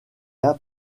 pour